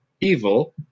evil